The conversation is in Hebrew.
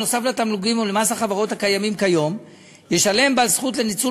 נוסף על התמלוגים ועל מס החברות הקיימים כיום ישלם בעל זכות לניצול